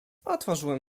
otworzyłem